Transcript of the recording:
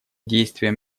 действия